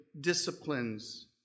disciplines